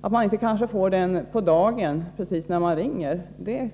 Att man kanske inte får den på dagen, precis när man ringer,